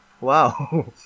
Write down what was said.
wow